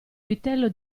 vitello